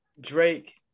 Drake